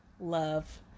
love